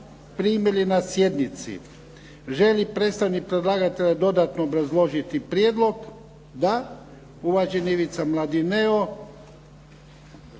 primili na sjednici. Želi li predstavnik predlagatelja dodatno obrazložiti prijedlog? Da. Uvaženi Ivica Mladineo,